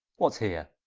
what's heere?